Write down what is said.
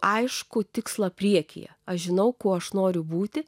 aiškų tikslą priekyje aš žinau kuo aš noriu būti